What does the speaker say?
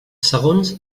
segons